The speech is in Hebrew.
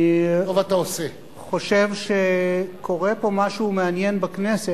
אני חושב שקורה פה משהו מעניין בכנסת,